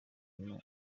inyuma